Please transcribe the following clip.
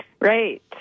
Right